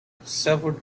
several